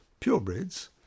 purebreds